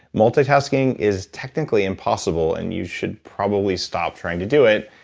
multitasking is technically impossible and you should probably stop trying to do it.